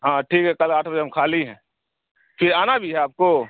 ہاں ٹھیک ہے کل آٹھ بجے ہم خالی ہیں پھر آنا بھی ہے آپ کو